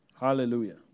Hallelujah